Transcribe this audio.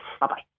Bye-bye